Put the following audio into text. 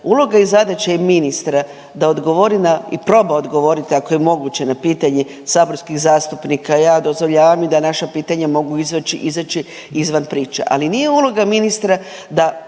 uloga i zadaća je ministra da odgovori na i proba odgovoriti ako je moguće na pitanje saborskih zastupnika. Ja dozvoljavam i da naša pitanja mogu izaći izvan priče, ali nije uloga ministra da protupitanjem